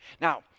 Now